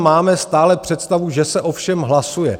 Máme stále představu, že se o všem hlasuje.